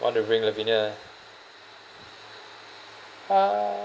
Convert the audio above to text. want to bring lavina ah